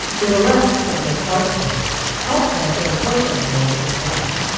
that arrests of their partners help them or hurt them more in life.